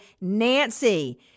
Nancy